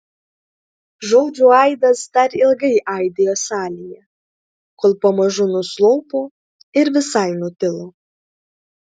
žodžių aidas dar ilgai aidėjo salėje kol pamažu nuslopo ir visai nutilo